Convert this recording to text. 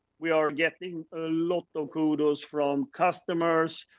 we are getting a lot of kudos from customers.